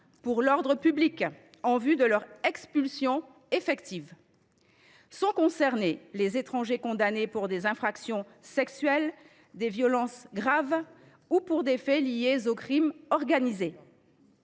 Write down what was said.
pour l’ordre public, en vue de leur expulsion effective. Sont concernés les étrangers condamnés pour des infractions sexuelles, des violences graves ou des faits liés au crime organisé.